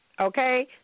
Okay